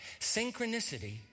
Synchronicity